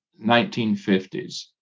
1950s